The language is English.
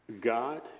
God